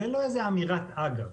זו לא איזו אמירת אגב,